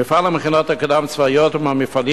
מפעל המכינות הקדם-צבאיות הוא מהמפעלים